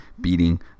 beating